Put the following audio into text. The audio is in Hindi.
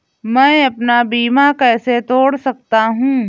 मैं अपना बीमा कैसे तोड़ सकता हूँ?